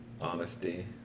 Honesty